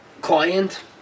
client